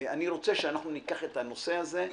אני רוצה שאנחנו ניקח את הנושא הזה,